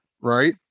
right